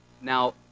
Now